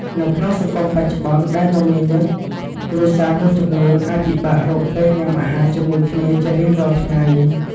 នៅក្នុងសង្គមបច្ចុប្បន្នដែលមមាញឹក គ្រួសារមួយចំនួនអាចពិបាករកពេលញ៉ាំអាហារជាមួយគ្នាជារៀងរាល់ថ្ងៃ។